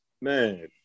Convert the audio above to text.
man